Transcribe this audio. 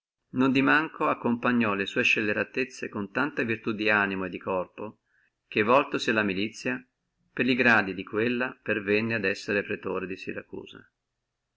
non di manco accompagnò le sua scelleratezze con tanta virtù di animo e di corpo che voltosi alla milizia per li gradi di quella pervenne ad essere pretore di siracusa